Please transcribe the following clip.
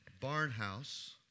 Barnhouse